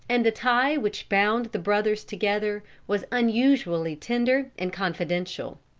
and the tie which bound the brothers together was unusually tender and confidential.